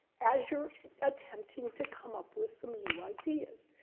as you're attempting to come up with some new ideas.